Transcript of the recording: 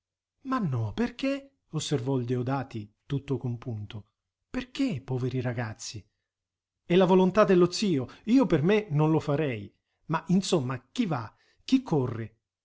ma no perché osservò il deodati tutto compunto perché poveri ragazzi è la volontà dello zio io per me non lo farei ma insomma chi va chi corre